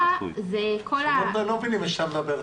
לא מבינים כשאתה מדבר,